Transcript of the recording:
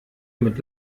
mit